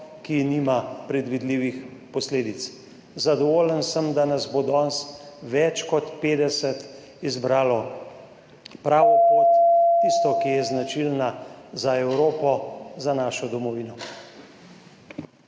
ki nima predvidljivih posledic? Zadovoljen sem, da nas bo danes več kot 50 izbralo. Pravo pot, tisto, ki je značilna za Evropo, za našo domovino.